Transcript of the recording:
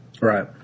Right